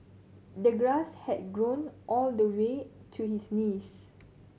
the grass had grown all the way to his knees